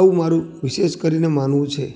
આવું મારું વિશેષ કરીને માનવું છે